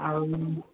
ଆଉ